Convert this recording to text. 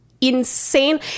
insane